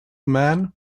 man